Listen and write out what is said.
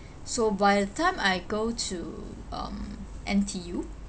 so by the time I go to um N_T_U